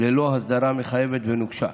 ללא הסדרה מחייבת ונוקשה.